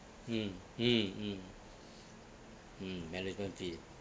mm hmm mm mm medical fee